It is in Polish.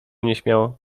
nieśmiało